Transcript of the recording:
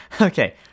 Okay